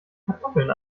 kartoffeln